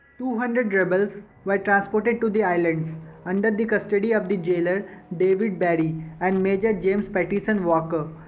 two hundred rebels were transported to the islands under the custody of the jailer david barry and major james pattison walker.